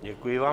Děkuji vám.